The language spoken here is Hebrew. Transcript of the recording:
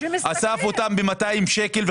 אסף אותם ב-200 שקל,